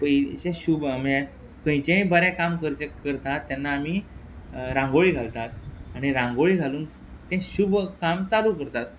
पयलींशें शूभ म्हळ्या खंयचेंय बरें काम करचें करतात तेन्ना आमी रांगोळी घालतात आणी रांगोळी घालून तें शूभ काम चालू करतात